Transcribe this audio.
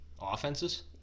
Offenses